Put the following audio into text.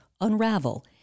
unravel